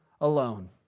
alone